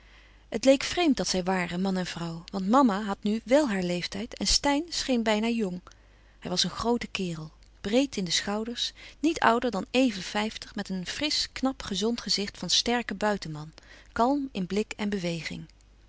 het leek vreemd dat zij waren man en vrouw want mama had nu wèl haar leeftijd en steyn scheen bijna jong hij was een groote kerel breed in de schouders niet ouder dan éven vijftig met een frisch knap gezond gezicht van sterken buitenman kalm in blik en beweging